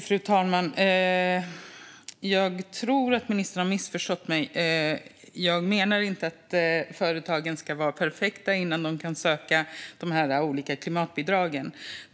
Fru talman! Jag tror att ministern har missförstått mig. Jag menar inte att företagen ska vara perfekta innan de kan söka de olika klimatbidragen.